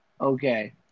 Okay